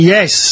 Yes